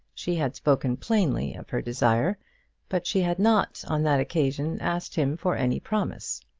she had spoken plainly of her desire but she had not on that occasion asked him for any promise.